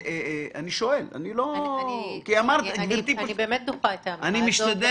אני באמת דוחה את האמירה הזאת.